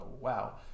wow